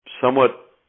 somewhat